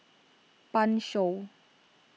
Pan Shou